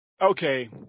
Okay